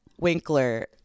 Winkler